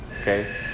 okay